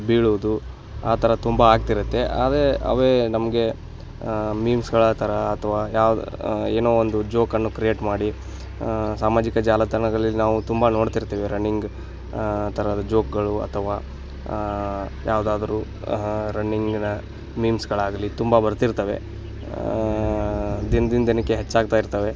ಬೀಳುವುದು ಆ ಥರ ತುಂಬ ಆಗ್ತಿರುತ್ತೆ ಆದೇ ಅವೇ ನಮಗೆ ಮೀಮ್ಸ್ಗಳ ಥರ ಅಥವಾ ಯಾವ ಏನೋ ಒಂದು ಜೋಕನ್ನು ಕ್ರಿಯೇಟ್ ಮಾಡಿ ಸಾಮಾಜಿಕ ಜಾಲತಾಣಗಳಲ್ಲಿ ನಾವು ತುಂಬ ನೋಡ್ತಿರ್ತೇವೆ ರಣ್ಣಿಂಗ್ ಥರದ ಜೋಕ್ಗಳು ಅಥವಾ ಯಾವ್ದಾದರೂ ರಣ್ಣಿಂಗ್ನ ಮೀಮ್ಸ್ಗಳಾಗಲಿ ತುಂಬ ಬರ್ತಿರ್ತವೆ ದಿನ್ದಿಂದ ದಿನಕ್ಕೆ ಹೆಚ್ಚಾಗ್ತಾ ಇರ್ತವೆ